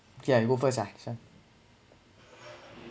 okay I go first ah this one